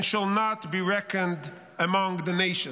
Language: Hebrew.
and shall not be reckoned among the nations.